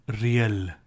real